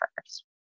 first